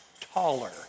taller